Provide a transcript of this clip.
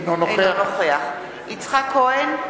אינו נוכח יצחק כהן,